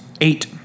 Eight